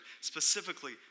specifically